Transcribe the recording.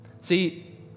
See